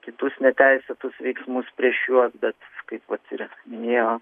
kitus neteisėtus veiksmus prieš juos bet kaip vat ir minėjo